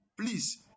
Please